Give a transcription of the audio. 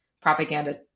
propaganda